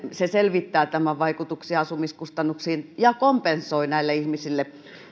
se selvittää tämän vaikutuksia asumiskustannuksiin ja kompensoi tämän menetyksen näille ihmisille